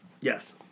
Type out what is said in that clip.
Yes